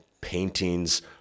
paintings